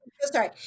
sorry